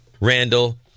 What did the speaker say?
Randall